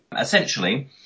essentially